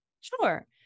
Sure